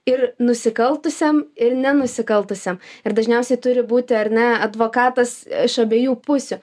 ir nusikaltusiam ir nenusikaltusiam ir dažniausiai turi būti ar ne advokatas iš abiejų pusių